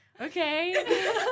okay